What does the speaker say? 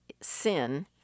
sin